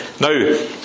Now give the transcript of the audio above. now